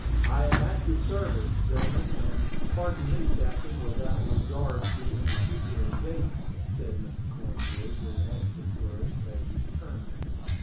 i am at your service, gentlemen and, pardon me, captain, without regard to any future engagement, said mr. cornwood, with an extra flourish, as he turned to me.